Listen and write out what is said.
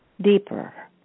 deeper